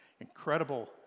incredible